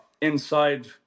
inside